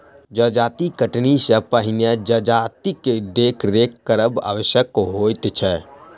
जजाति कटनी सॅ पहिने जजातिक देखरेख करब आवश्यक होइत छै